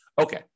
Okay